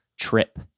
trip